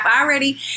already